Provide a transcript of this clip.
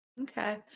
Okay